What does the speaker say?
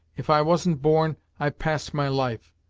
if i wasn't born, i've passed my life.